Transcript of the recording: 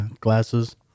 glasses